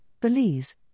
Belize